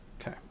Okay